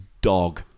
dog